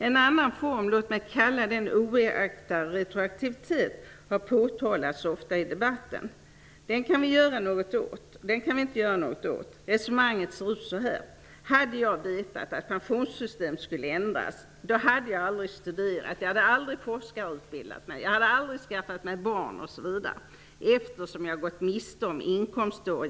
En annan form -- som jag vill kalla för oäkta retroaktivitet -- har ofta påtalats i debatten. Den kan vi inte göra någonting åt. Resonemangen brukar lyda så här: Hade jag vetat att pensionssystemet skulle ändras, hade jag aldrig studerat. Jag hade aldrig forskarutbildat mig och jag hade aldrig skaffat mig barn, eftersom jag då genom mitt val hade gått miste om inkomstår.